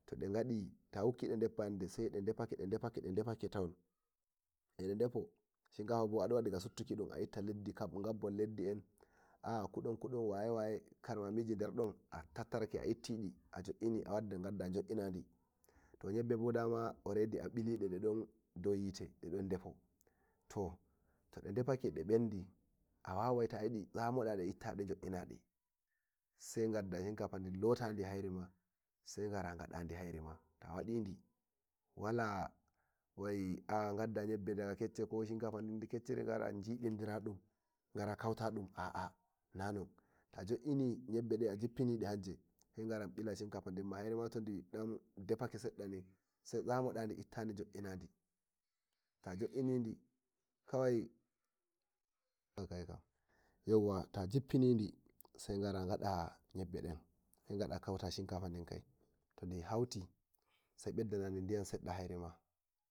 Tode godi der fayande de defake de defake ton eh nde defo shinkafa bo adon wadiga suttuki dun a itta gabon leddi en kudun kudun waye waye karma miji der duna tattarake a itti gadda jo'ina ni to yebbo bo daman a bilide dau yite ale dond efo to de defake de bendi a wawai tayi stamo dade ittade jo'inade sai ngada shinkafa ridin lotadi hairimi sai gara gadadi hairima wala aa ngadda yebbe den daga kecce ko cin kafarin din kecciri yibadi gara kauta dun aa to jo'ina yebbe de a jibpinidi sai gara bila shirgari din hairima to di dan defake sedda sai tsamo nda di sai gara gada nyebbe den sai gara kauta shikafari din kai to di hauti sai beddanadi diyam sedda hairima.